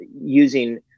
using